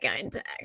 contact